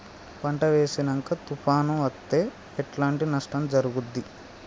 పంట వేసినంక తుఫాను అత్తే ఎట్లాంటి నష్టం జరుగుద్ది?